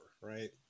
right